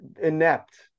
inept